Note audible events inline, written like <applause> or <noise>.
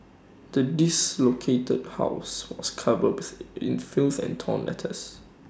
the diss located house was covered <unintelligible> in filth and torn letters